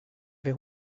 wer